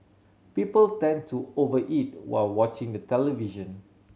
people tend to over eat while watching the television